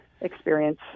experience